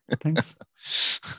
Thanks